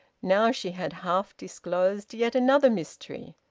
now she had half disclosed yet another mystery.